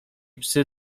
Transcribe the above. psy